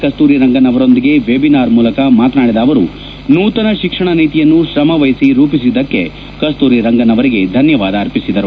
ಕಸ್ತೂರಿರಂಗನ್ ಅವರೊಂದಿಗೆ ವೆಬಿನಾರ್ ಮೂಲಕ ಮಾತನಾಡಿದ ಅವರು ನೂತನ ಶಿಕ್ಷಣ ನೀತಿಯನ್ನು ಶ್ರಮವಹಿಸಿ ರೂಪಿಸಿದ್ದಕ್ಕೆ ಕಸ್ತೂರಿರಂಗನ್ ಅವರಿಗೆ ಧನ್ಯವಾದ ಅರ್ಪಿಸಿದರು